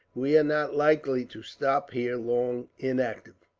we are not likely to stop here long, inactive.